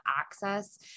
access